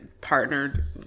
partnered